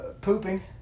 pooping